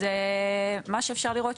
אז מה שאפשר לראות,